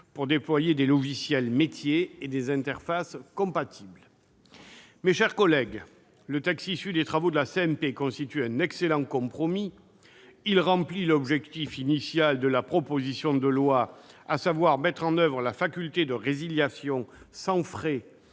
pour déployer des logiciels métiers et des interfaces compatibles. Mes chers collègues, le texte issu des travaux de la CMP constitue un excellent compromis. Tout à fait ! Il remplit l'objectif initial de la proposition de loi : mettre en oeuvre la faculté de résiliation sans frais